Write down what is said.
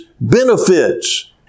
benefits